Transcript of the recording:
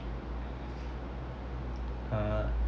ah